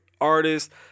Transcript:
artists